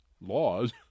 laws